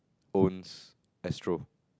owns Astro